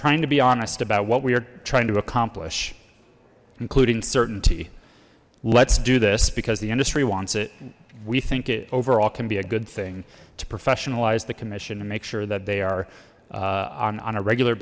trying to be honest about what we are trying to accomplish including certainty let's do this because the industry wants it we think it overall can be a good thing to professionalize the commission and make sure that they are on a regular